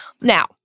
Now